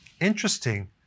Interesting